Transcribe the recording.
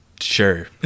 Sure